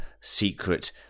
secret